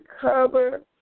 cover